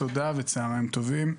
תודה וצוהריים טובים.